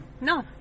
no